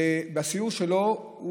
והסיור שלו,